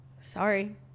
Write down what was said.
sorry